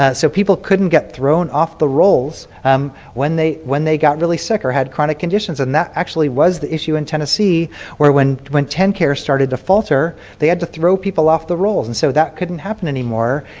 ah so people couldn't get thrown off the rolls um when they when they got really sick or had chronic conditions, and that actually was the issue in tennessee where when when tenncare started to falter, they had to throw people off the roll. and so that couldn't happen anymore.